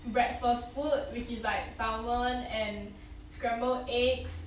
breakfast food which is like salmon and scramble eggs